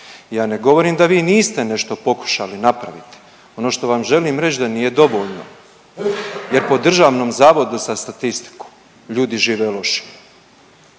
Ja ne govorim da vi niste nešto pokušali napraviti, ono što vam želim reć da nije dovoljno jer po Državnom zavodu za statistiku ljudi žive lošije.